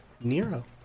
Nero